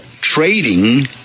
trading